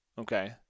Okay